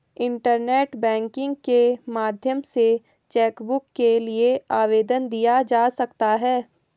internet banking के माध्यम से चैकबुक के लिए आवेदन दिया जा सकता है